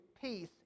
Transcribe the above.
peace